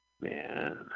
Man